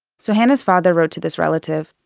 so hana's father wrote to this relative.